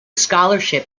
scholarship